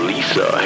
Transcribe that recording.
Lisa